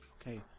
Okay